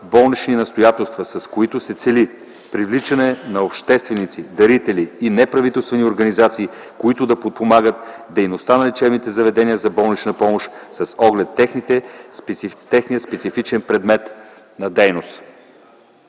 болнични настоятелства, с което се цели привличане на общественици, дарители и неправителствени организации, които да подпомагат дейността на лечебни заведения за болнична помощ с оглед техния специфичен предмет на дейност.